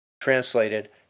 translated